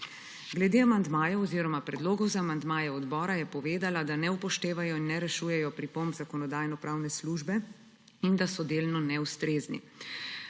Glede amandmajev oziroma predlogov za amandmaje odbora je povedala, da ne upoštevajo in ne rešujejo pripomb Zakonodajno-pravne službe in da so delno neustrezni.